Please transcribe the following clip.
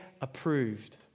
approved